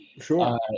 Sure